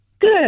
Good